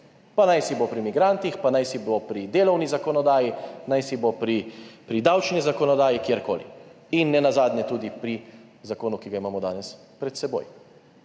Pa najsibo pri migrantih, pa najsibo pri delovni zakonodaji, najsibo pri davčni zakonodaji, kjerkoli, in nenazadnje tudi pri zakonu, ki ga imamo danes pred seboj.